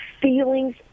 feelings